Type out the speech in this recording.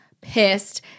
pissed